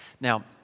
Now